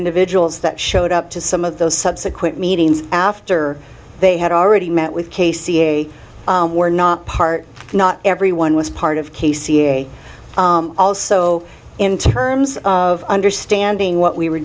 individuals that showed up to some of those subsequent meetings after they had already met with casey a were not part not everyone was part of k c a l also in terms of understanding what we were